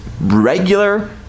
regular